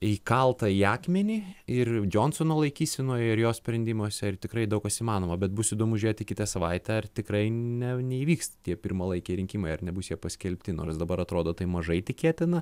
įkalta į akmenį ir džonsono laikysenoj ir jo sprendimuose ir tikrai daug kas įmanoma bet bus įdomu žiūrėti kitą savaitę ar tikrai ne neįvyks tie pirmalaikiai rinkimai ar nebus jie paskelbti nors dabar atrodo tai mažai tikėtina